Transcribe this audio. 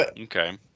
Okay